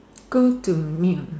go to meal